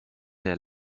der